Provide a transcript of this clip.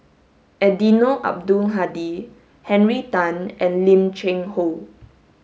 Eddino Abdul Hadi Henry Tan and Lim Cheng Hoe